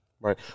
Right